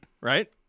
right